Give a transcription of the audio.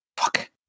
Fuck